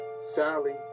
Sally